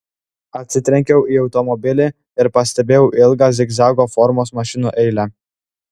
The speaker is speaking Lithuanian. atsitrenkiau į automobilį ir pastebėjau ilgą zigzago formos mašinų eilę